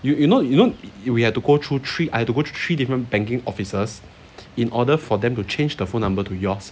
you know you know we have to go through three I have to go through three different banking offices in order for them to change the phone number to yours